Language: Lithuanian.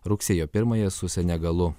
rugsėjo pirmąją su senegalu